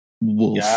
wolf